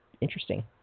interesting